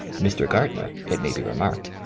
mr. gardner, it may be remarked,